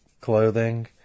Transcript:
clothing